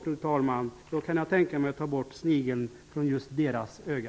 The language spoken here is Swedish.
Fru talman! I så fall kan jag tänka mig att ta bort snigeln från just deras öga.